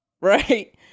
Right